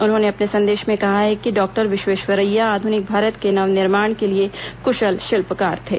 उन्होंने अपने संदेश में कहा है कि डॉक्टर विश्वश्वरैया आधुनिक भारत के नवनिर्माण के लिए कुशल शिल्पकार थे